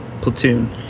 platoon